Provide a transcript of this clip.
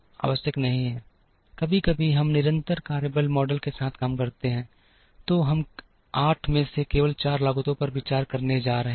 कभी कभी यदि हम निरंतर कार्यबल मॉडल के साथ काम करते हैं तो हम 8 में से केवल 4 लागतों पर विचार करने जा रहे हैं अगर हम आउटसोर्सिंग और उपयोग के तहत छोड़ देते हैं तो हम 8 में से केवल 4 लागतों को देखने जा रहे हैं